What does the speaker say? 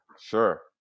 sure